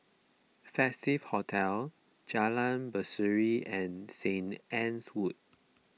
Festive Hotel Jalan Berseri and Saint Anne's Wood